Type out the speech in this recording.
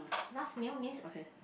last meal means